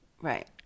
Right